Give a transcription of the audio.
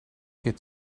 get